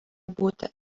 būti